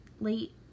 late